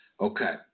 Okay